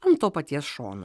ant to paties šono